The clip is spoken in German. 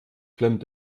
klemmt